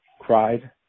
cried